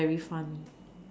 very funny